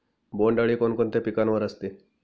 बोंडअळी कोणकोणत्या पिकावर असते?